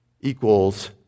equals